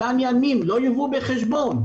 אותם ימים לא יובאו בחשבון.